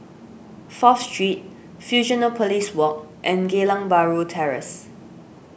Fourth Street Fusionopolis Walk and Geylang Bahru Terrace